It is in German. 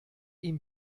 ihm